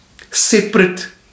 separate